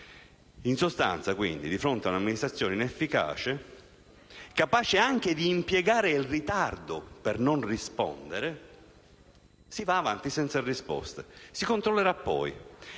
In sostanza quindi, di fronte ad una amministrazione inefficace, capace anche di impiegare il ritardo per non rispondere, si va avanti senza risposte. Si controllerà poi.